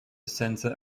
center